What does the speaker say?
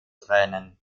tränen